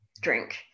drink